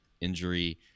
injury